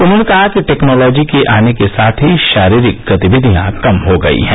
उन्होंने कहा कि टैक्नोलॉजी के आने के साथ ही शारीरिक गतिविधियां कम हो गई हैं